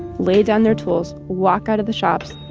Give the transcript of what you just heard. laid down their tools, walked out of the shops